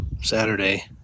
Saturday